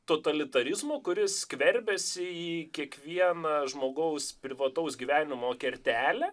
totalitarizmo kuris skverbiasi į kiekvieną žmogaus privataus gyvenimo kertelę